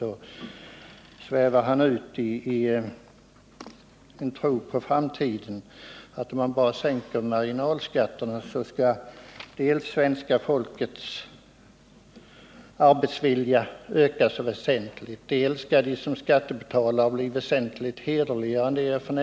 Han svävar ut i en framtidstro som går ut på att en sänkning av marginalskatterna kommer att innebära dels att svenska folkets arbetsvilja ökar väsentligt, dels att de svenska medborgarna som skattebetalare blir betydligt ärligare än f. n.